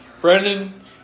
Brendan